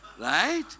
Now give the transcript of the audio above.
Right